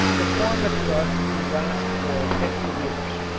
to form a trust to last for fifty years.